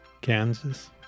Kansas